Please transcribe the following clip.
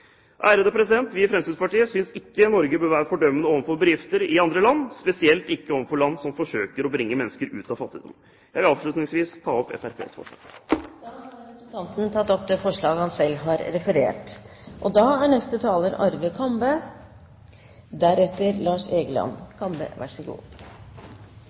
Vi i Fremskrittspartiet synes ikke Norge bør være fordømmende overfor bedrifter i andre land, spesielt ikke overfor land som forsøker å bringe mennesker ut av fattigdom. Jeg vil avslutningsvis ta opp Fremskrittspartiets forslag. Representanten Jørund Rytman har tatt opp det forslaget han refererte til. Først og